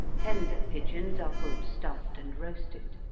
tender pigeons are good stuffed and roasted.